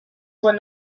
were